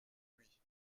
lui